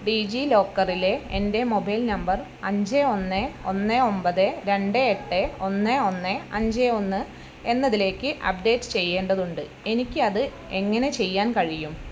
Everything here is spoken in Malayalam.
ഡീജിലോക്കറിലെ എൻ്റെ മൊബൈൽ നമ്പർ അഞ്ച് ഒന്ന് ഒന്ന് ഒമ്പത് രണ്ട് എട്ട് ഒന്ന് ഒന്ന് അഞ്ച് ഒന്ന് എന്നതിലേക്ക് അപ്ഡേറ്റ് ചെയ്യേണ്ടതുണ്ട് എനിക്ക് അത് എങ്ങനെ ചെയ്യാൻ കഴിയും